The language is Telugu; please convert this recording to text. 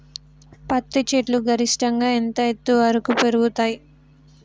పత్తి చెట్లు గరిష్టంగా ఎంత ఎత్తు వరకు పెరుగుతయ్?